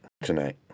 tonight